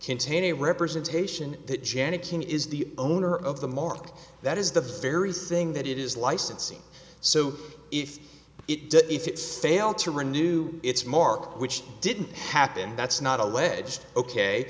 contain a representation that janet king is the owner of the mark that is the very thing that it is licensing so if it does if it's failed to renew its mark which didn't happen that's not alleged ok